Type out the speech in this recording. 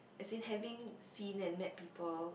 as in having seen and met people